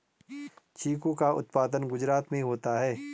चीकू का उत्पादन गुजरात में होता है